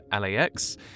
LAX